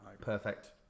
Perfect